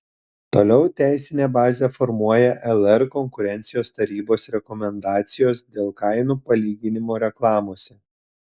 toliau teisinę bazę formuoja lr konkurencijos tarybos rekomendacijos dėl kainų palyginimo reklamose